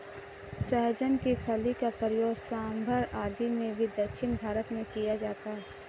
सहजन की फली का प्रयोग सांभर आदि में भी दक्षिण भारत में किया जाता है